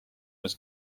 was